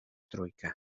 trójkę